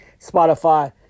Spotify